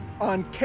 on